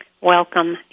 Welcome